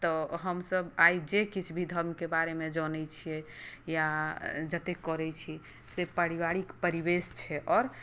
तऽ हमसभ आइ जे किछु भी धर्मकेँ बारेमे जनै छियै या जते करै छी से पारिवारिक परिवेश छै आओर